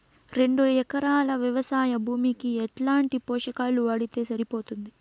రెండు ఎకరాలు వ్వవసాయ భూమికి ఎట్లాంటి పోషకాలు వాడితే సరిపోతుంది?